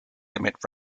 limit